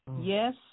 Yes